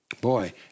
Boy